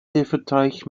hefeteig